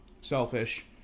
selfish